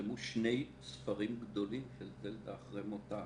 זה בחוקים רגילים אז במיוחד בחוק יסוד,